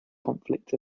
conflict